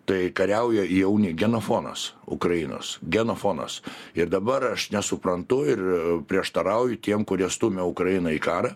tai kariauja jauni genofonas ukrainos genofonas ir dabar aš nesuprantu ir prieštarauju tiem kurie stumia ukrainą į karą